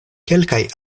kelkaj